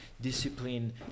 discipline